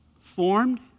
Formed